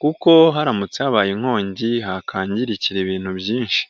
kuko haramutse habaye inkongi, hakangirikira ibintu byinshi.